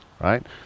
right